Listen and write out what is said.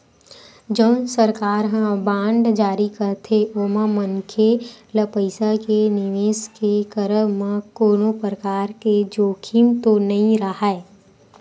जउन सरकार ह बांड जारी करथे ओमा मनखे ल पइसा के निवेस के करब म कोनो परकार के जोखिम तो नइ राहय